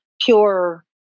pure